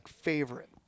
favorite